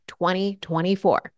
2024